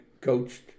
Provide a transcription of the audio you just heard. coached